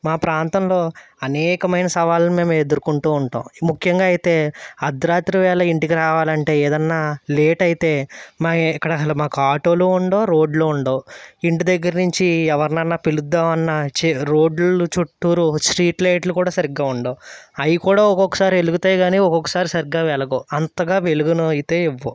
మా ప్రాంతంలో అనేకమైన సవాళ్ళను మేము ఎదుర్కొంటూ ఉంటాం ముఖ్యంగా అయితే అర్ధరాత్రి వేళ ఇంటికి రావాలంటే ఏదన్నా లేటు అయితే మరి ఇక్కడ అసలు మాకు ఆటోలు ఉండవు రోడ్లూ ఉండవు ఇంటి దగ్గర నుంచి ఎవరినన్నా పిలుద్దాం అన్నా చే రోడ్లు చుట్టూరు స్ట్రీట్ లైట్లు కూడా సరిగ్గా ఉండవు అయి కూడా ఒక్కొక్కసారి వెలుగుతాయి కానీ ఒక్కొక్కసారి సరిగ్గా వెలగవు అంతగా వెలుగును అయితే ఇవ్వవ్